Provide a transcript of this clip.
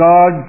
God